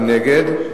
מי נגד?